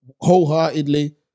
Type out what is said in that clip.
wholeheartedly